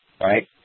right